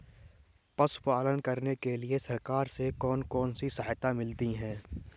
पशु पालन करने के लिए सरकार से कौन कौन सी सहायता मिलती है